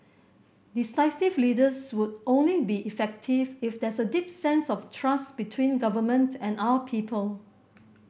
decisive leaders would only be effective if there's a deep sense of trust between government and our people